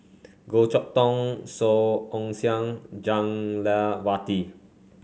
Goh Chok Tong Song Ong Siang Jah Lelawati